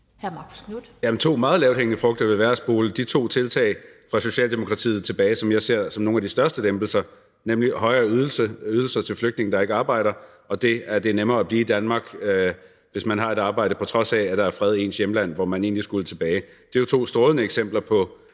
Jamen to meget lavthængende frugter ville være at spole de to tiltag fra Socialdemokratiet, som jeg ser som nogle af de største lempelser, tilbage, nemlig højere ydelser til flygtninge, der ikke arbejder, og det, at det er nemmere at blive i Danmark, hvis man har et arbejde, på trods af at der er fred i ens hjemland, som man egentlig skulle tilbage til. Det er jo to strålende eksempler på